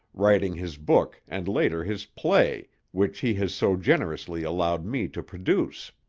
writing his book and later his play which he has so generously allowed me to produce.